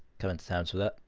coming to terms with it.